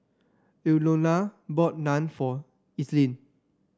Ilona bought Naan for Ethelyn